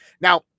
Now